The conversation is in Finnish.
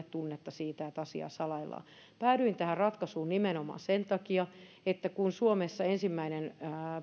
tunnetta siitä että asiaa salaillaan päädyin tähän ratkaisuun nimenomaan sen takia että kun suomessa ensimmäinen